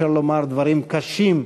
אפשר לומר דברים קשים,